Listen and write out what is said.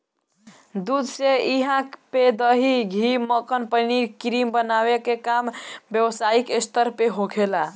दूध से इहा पे दही, घी, मक्खन, पनीर, क्रीम बनावे के काम व्यवसायिक स्तर पे होखेला